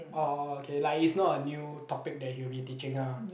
orh okay like is not a new topic that he will be teaching lah